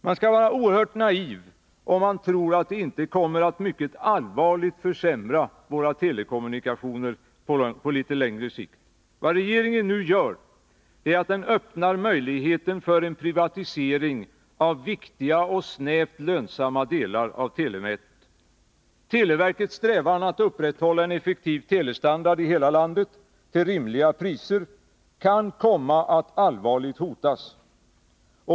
Man skall vara oerhört naiv om man tror att det inte kommer att mycket allvarligt försämra våra telekommunikationer på litet längre sikt. Vad regeringen nu gör är att öppna möjligheter för en privatisering av viktiga och snävt lönsamma delar av telenätet. Televerkets strävan att upprätthålla en effektiv telestandard i hela landet till rimliga priser kan komma att allvarligt hotas.